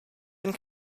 and